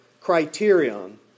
criterion